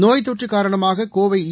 நோய் தொற்று காரணமாக கோவை ஈ